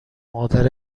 مادر